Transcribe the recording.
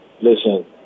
listen